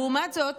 לעומת זאת,